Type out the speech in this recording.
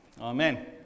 amen